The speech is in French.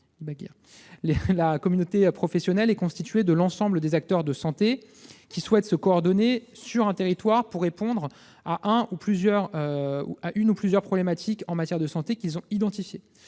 communauté professionnelle est constituée de l'ensemble des acteurs de santé qui souhaitent se coordonner sur un territoire, pour répondre à une ou plusieurs problématiques en matière de santé qu'ils ont identifiées.